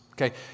okay